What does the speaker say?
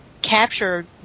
capture